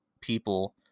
people